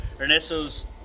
Ernesto's